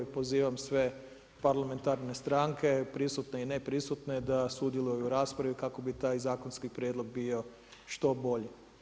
Evo i pozivam sve parlamentarne stranke prisutne i neprisutne da sudjeluju u raspravi kako bi taj zakonski prijedlog bio što bolji.